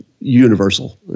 universal